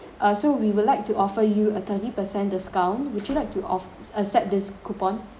uh so we would like to offer you a thirty percent discount would you like to of~ accept this coupon